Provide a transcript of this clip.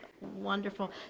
Wonderful